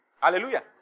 Hallelujah